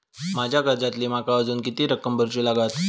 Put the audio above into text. माझ्या कर्जातली माका अजून किती रक्कम भरुची लागात?